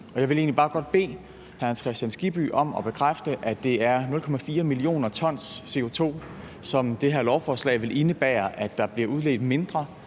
Jeg vil egentlig bare godt bede hr. Hans Kristian Skibby om at bekræfte, at det er 0,4 mio. t CO2, som det her lovforslag vil indebære der bliver udledt mindre